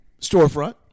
Storefront